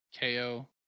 KO